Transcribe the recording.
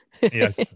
Yes